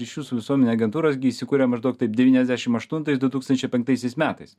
ryšių su visuomene agentūros gi įsikurė maždaug taip devyniasdešim aštuntais du tūkstančiai penktaisiais metais